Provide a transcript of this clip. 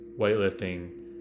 weightlifting